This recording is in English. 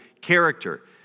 character